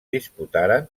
disputaren